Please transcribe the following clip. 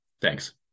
Thanks